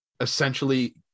essentially